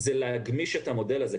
להגמיש את המודל הזה.